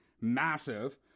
massive